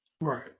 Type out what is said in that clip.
right